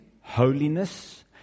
Holiness